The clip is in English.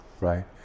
right